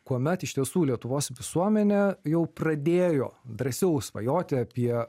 kuomet iš tiesų lietuvos visuomenė jau pradėjo drąsiau svajoti apie